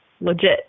legit